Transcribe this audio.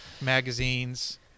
magazines